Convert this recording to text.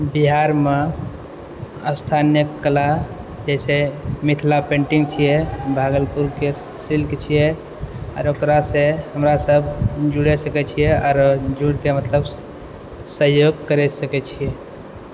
बिहारमे स्थानीय कला जे छै मिथिला पेन्टिंग छियै भागलपुरके सिल्क छियै आओर ओकरासँ हमरा सब जुड़ै सकै छियै आओरो जुड़के मतलब सहयोग कर सकै छियै